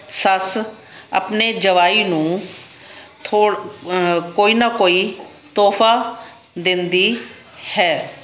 ਸੱਸ ਆਪਣੇ ਜਵਾਈ ਨੂੰ ਥੋ ਕੋਈ ਨਾ ਕੋਈ ਤੋਹਫ਼ਾ ਦਿੰਦੀ ਹੈ